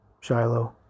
Shiloh